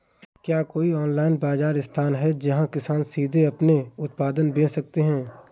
क्या कोई ऑनलाइन बाज़ार स्थान है जहाँ किसान सीधे अपने उत्पाद बेच सकते हैं?